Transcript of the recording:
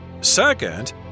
Second